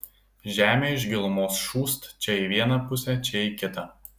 žemė iš gilumos šūst čia į vieną pusę čia į kitą